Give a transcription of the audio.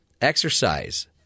Exercise